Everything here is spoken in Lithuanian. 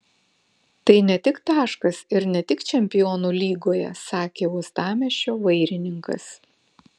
tai ne tik taškas ir ne tik čempionų lygoje sakė uostamiesčio vairininkas